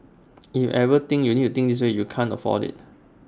if everything you need to think this way you cannot afford IT